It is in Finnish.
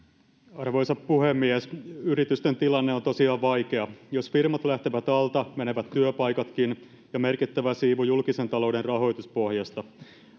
arvoisa puhemies yritysten tilanne on tosiaan vaikea jos firmat lähtevät alta menevät työpaikatkin ja merkittävä siivu julkisen talouden rahoituspohjasta